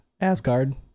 Asgard